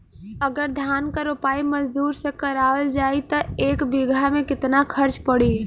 अगर धान क रोपाई मजदूर से करावल जाई त एक बिघा में कितना खर्च पड़ी?